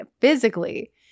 physically